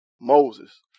Moses